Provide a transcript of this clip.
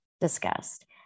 discussed